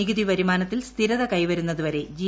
നികുതി വരുമാനത്തിൽ സ്ഥിരത കൈവരുന്നതുവരെ ജി